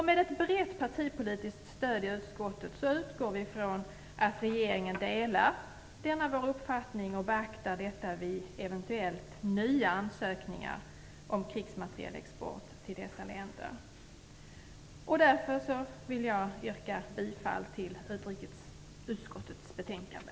Med ett brett partipolitiskt stöd i utskottet utgår vi ifrån att regeringen delar denna vår uppfattning och beaktar den vid eventuellt nya ansökningar om krigsmaterielexport till dessa länder. Därför vill jag yrka bifall till hemställan i utrikesutskottets betänkande.